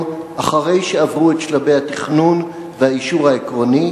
אחרי שעברו את שלבי התכנון והאישור העקרוני?